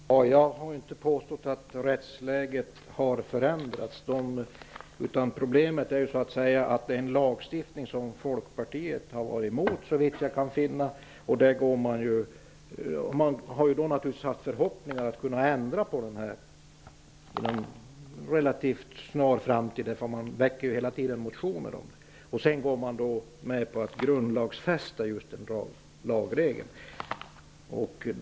Fru talman! Jag har inte påstått att rättsläget har förändrats. Problemet är att Folkpartiet, såvitt jag kan finna, har varit emot denna lagstiftning. Man har haft förhoppningar om att genomföra ändringar inom en relativt snar framtid. Det väcks ju hela tiden motioner om detta. Sedan går man med på att grundlagsfästa just den lagregeln.